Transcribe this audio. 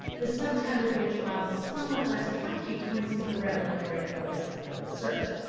the subtitle of which while somewhat less catchy points to the revelatory focus of her research,